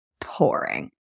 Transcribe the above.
pouring